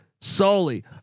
solely